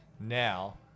Now